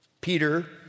Peter